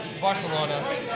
Barcelona